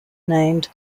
named